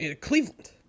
Cleveland